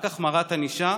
רק החמרת ענישה